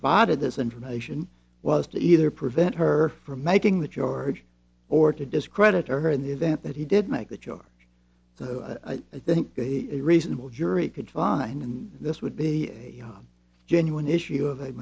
provided this information was to either prevent her from making the charge or to discredit her in the event that he did make the joke i think a reasonable jury could find and this would be a genuine issue of a